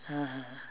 (uh huh)